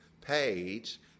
page